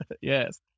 Yes